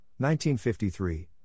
1953